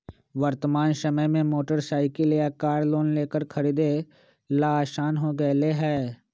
वर्तमान समय में मोटर साईकिल या कार लोन लेकर खरीदे ला आसान हो गयले है